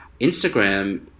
Instagram